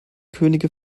könige